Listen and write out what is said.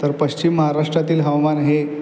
तर पश्चिम महाराष्ट्रातील हवामान हे